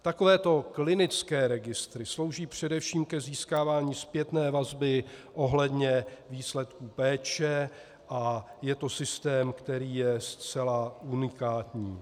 Takovéto klinické registry slouží především k získávání zpětné vazby ohledně výsledků péče a je to systém, který je zcela unikátní.